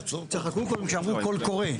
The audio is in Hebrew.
צחקו קודם כשאמרו "קול קורא".